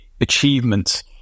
achievements